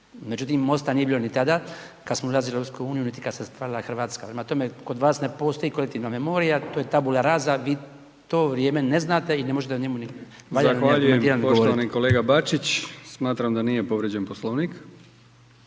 Međutim, MOSTA nije bilo ni tada kad smo ulazili u EU niti kad se stvarala Hrvatska, prema tome kod vas ne postoji kolektivna memorija to je tabula raza, vi to vrijeme ne znate i ne možete o njemu govoriti. **Brkić, Milijan (HDZ)** Zahvaljujem poštovani kolega Bačić, smatram da nije povrijeđen Poslovnik